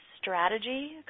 strategy